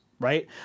right